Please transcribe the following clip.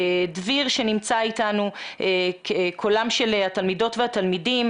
נמצא אתנו דביר שיביא את קולם של התלמידות והתלמידים